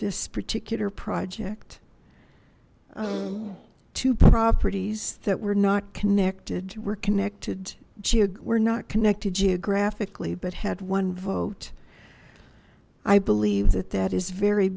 this particular project two properties that were not connected were connected not connected geographically but had one vote i believe that that is very